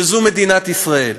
וזו מדינת ישראל.